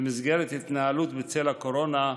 במסגרת ההתנהלות בצל הקורונה,